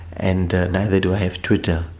and neither do i have twitter.